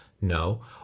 No